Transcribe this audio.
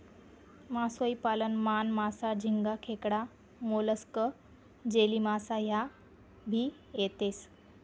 मासोई पालन मान, मासा, झिंगा, खेकडा, मोलस्क, जेलीमासा ह्या भी येतेस